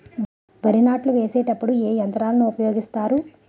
వరి నాట్లు వేసేటప్పుడు ఏ యంత్రాలను ఉపయోగిస్తారు?